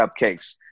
cupcakes